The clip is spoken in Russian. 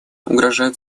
угрожают